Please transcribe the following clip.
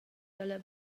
dalla